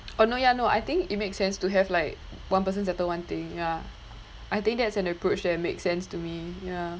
oh no ya no I think it makes sense to have like one person settle one thing ya I think that's an approach that makes sense to me ya